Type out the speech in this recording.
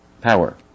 power